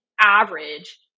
average